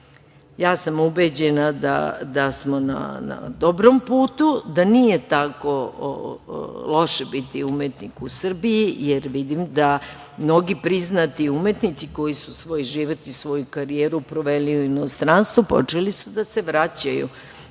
sam ubeđena da smo na dobrom putu, da nije tako loše biti umetnik u Srbiji, jer vidim da mnogi priznati umetnici, koji su svoj život i svoju karijeru proveli u inostranstvu, počeli su da se vraćaju